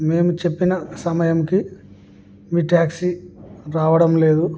మేము చెప్పిన సమయంకి మీ ట్యాక్సీ రావడం లేదు